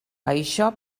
això